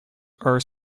are